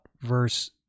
verse